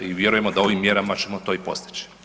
I vjerujemo da ovim mjerama ćemo to i postići.